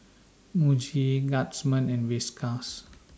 Muji Guardsman and Whiskas